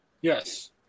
Yes